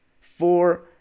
four